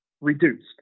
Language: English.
reduced